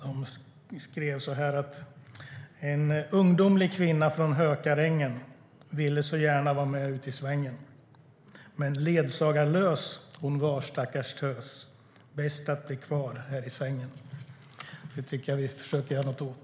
De skrev så här: "En ungdomlig kvinna från Hökarängen, vill så gärna va med uti svängen. Men, ledsagarlös hon var stackars tös. Bäst att bli kvar här i sängen!" Det tycker jag att vi försöker göra något åt.